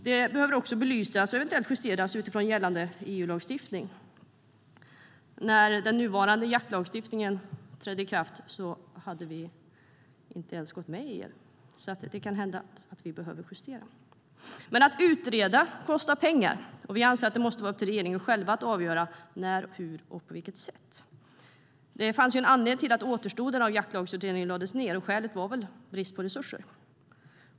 De behöver också belysas och eventuellt justeras utifrån gällande EU-lagstiftning. När den nuvarande jaktlagstiftningen trädde i kraft hade vi inte ens gått med i EU, så det kan hända att det behövs en justering. Men att utreda kostar pengar, och vi anser att det måste vara upp till regeringen att själv avgöra när och på vilket sätt detta ska ske. Det fann ju en anledning till att återstoden av jaktlagsutredningen lades ned, och det skälet var väl brist på resurser.